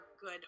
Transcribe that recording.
good